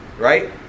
Right